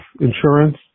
insurance